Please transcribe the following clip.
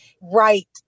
right